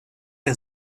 der